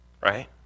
right